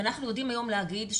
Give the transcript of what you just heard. ואנחנו יודעים היום להגיד,